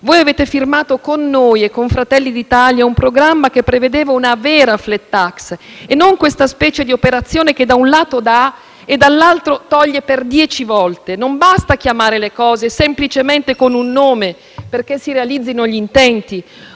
voi avete firmato con noi e con Fratelli d'Italia un programma che prevedeva una vera *flat tax* e non questa specie di operazione che da un lato dà e dall'altro toglie per dieci volte. Non basta chiamare le cose semplicemente con un nome perché si realizzino gli intenti;